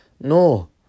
No